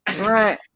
right